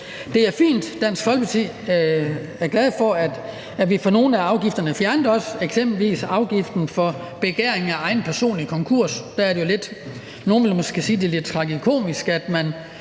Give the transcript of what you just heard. Det er fint. I Dansk Folkeparti er vi glade for, at vi får nogle af afgifterne fjernet, eksempelvis også afgiften for begæring af egen personlig konkurs. Nogle vil måske sige, at det er lidt tragikomisk, hvis man